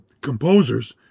composers